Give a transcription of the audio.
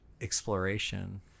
exploration